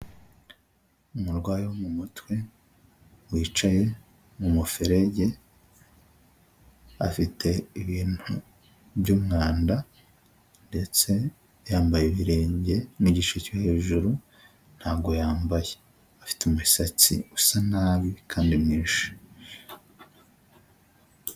Umurwayi wo mu mutwe wicaye mu muferege, afite ibintu by'umwanda ndetse yambaye ibirenge n'igice cyo hejuru ntabwo yambaye, afite umusatsi usa nabi kandi mwinshi.